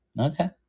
Okay